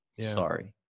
sorry